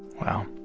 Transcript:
wow,